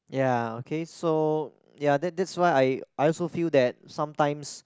ya okay so ya that that's why I I also feel that sometimes